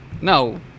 No